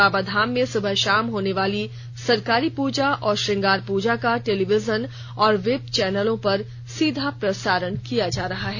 बाबाधाम में सुबह शाम होने वाली सरकारी पूजा और श्रंगार पूजा का टेलीविजन और वेब चैनलों पर सीधा प्रसारण किया जा रहा है